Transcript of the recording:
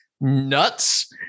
nuts